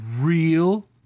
real